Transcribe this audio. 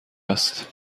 هست